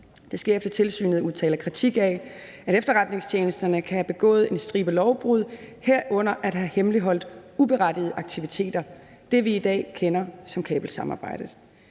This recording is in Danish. Det sker, efter at tilsynet udtaler kritik af, at efterretningstjenesterne kan have begået en stribe lovbrud, herunder at have hemmeligholdt uberettigede aktiviteter, altså det, som vi i dag kender som kabelsamarbejdet.